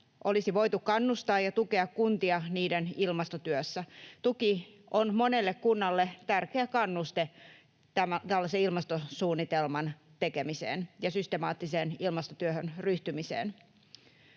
olisi voitu kannustaa ja tukea kuntia niiden ilmastotyössä. Tuki on monelle kunnalle tärkeä kannuste tällaisen ilmastosuunnitelman tekemiseen ja systemaattiseen ilmastotyöhön ryhtymiseen.